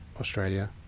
Australia